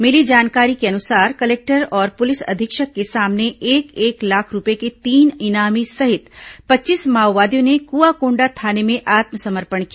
मिली जानकारी के अनुसार कलेक्टर और पुलिस अधीक्षक के सामने एक एक लाख रूपये के तीन इनामी सहित पच्चीस माओवादियों ने कुआंकोंडा थाने में आत्मसमर्पण किया